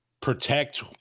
protect